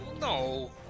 No